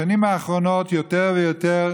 בשנים האחרונות, יותר ויותר